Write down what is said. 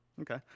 Okay